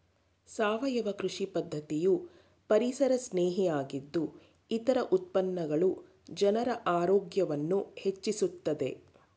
ಸಾವಯವ ಕೃಷಿ ಪದ್ಧತಿಯು ಪರಿಸರಸ್ನೇಹಿ ಆಗಿದ್ದು ಇದರ ಉತ್ಪನ್ನಗಳು ಜನರ ಆರೋಗ್ಯವನ್ನು ಹೆಚ್ಚಿಸುತ್ತದೆ